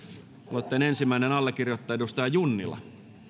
aloitteen ensimmäinen allekirjoittaja edustaja junnila